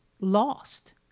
lost